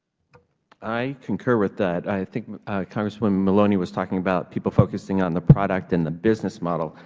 i concur with that. i think congresswoman maloney was talking about people focusing on the product and the business model.